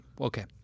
okay